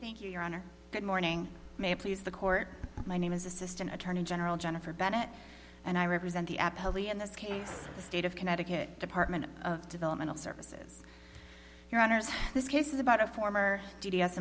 thank you your honor good morning may please the court my name is assistant attorney general jennifer bennett and i represent the app wholly in this case the state of connecticut department of developmental services your honour's this case is about a former